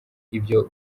ibyo